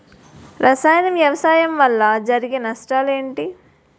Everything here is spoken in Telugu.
రసాయన వ్యవసాయం వల్ల జరిగే నష్టాలు ఏంటి?